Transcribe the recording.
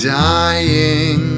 dying